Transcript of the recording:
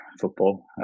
football